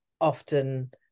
often